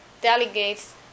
delegates